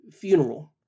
funeral